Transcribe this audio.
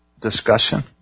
discussion